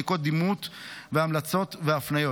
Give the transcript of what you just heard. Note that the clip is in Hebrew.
בדיקות דימות והמלצות והפניות.